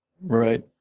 Right